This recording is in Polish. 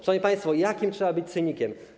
Szanowni państwo, jakim trzeba być cynikiem?